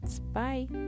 Bye